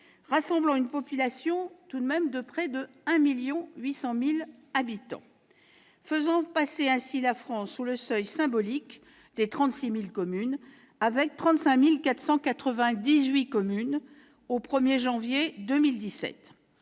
rassemblant une population totale de près de 1,8 million d'habitants, ce qui faisait ainsi passer la France sous le seuil symbolique des 36 000 communes avec 35 498 communes au 1 janvier 2017.